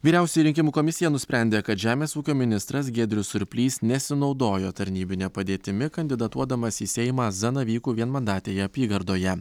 vyriausioji rinkimų komisija nusprendė kad žemės ūkio ministras giedrius surplys nesinaudojo tarnybine padėtimi kandidatuodamas į seimą zanavykų vienmandatėje apygardoje